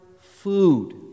food